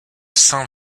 saint